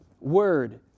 Word